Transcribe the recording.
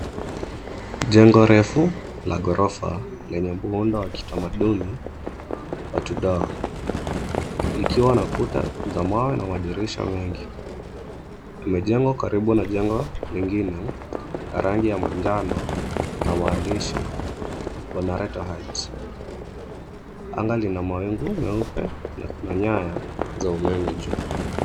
Jengo refu la ghorofa lenye muundo wa kitamaduni la Tudor likiwa na kuta za mawe na madirisha mengi. Limejengwa karibu na jengo lingine la rangi ya manjano na maandishi Bonaventure Heights . Anga lina mawingu meupe na kuna nyaya za umeme juu.